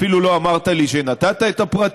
אפילו לא אמרת לי שנתת את הפרטים.